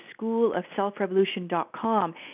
schoolofselfrevolution.com